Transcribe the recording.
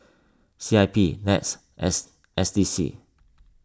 C I P NETS S S D C